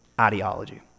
ideology